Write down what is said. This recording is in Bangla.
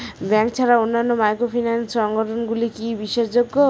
ব্যাংক ছাড়া অন্যান্য মাইক্রোফিন্যান্স সংগঠন গুলি কি বিশ্বাসযোগ্য?